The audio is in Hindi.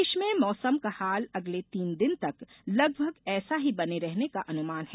प्रदेश में मौसम का हाल अगले तीन दिन तक लगभग ऐसा ही बने रहने का अनुमान है